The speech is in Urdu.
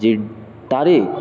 جی تاریخ